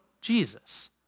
Jesus